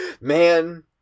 Man